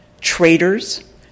traitors